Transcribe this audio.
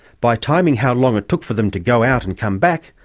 by timing how long it took for them to go out and come back,